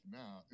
now